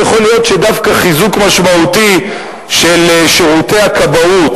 ויכול להיות שדווקא חיזוק משמעותי של שירותי הכבאות,